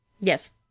Yes